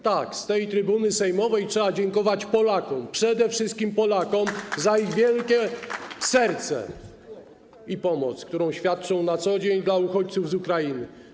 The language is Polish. Tak, z tej trybuny sejmowej trzeba dziękować Polakom, przede wszystkim Polakom, za ich wielkie serce i pomoc, którą świadczą na co dzień uchodźcom z Ukrainy.